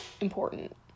important